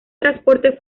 transporte